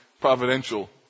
providential